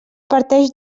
parteix